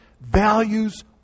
values